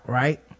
right